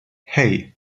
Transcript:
hey